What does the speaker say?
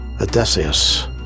Odysseus